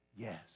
Yes